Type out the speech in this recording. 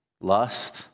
lust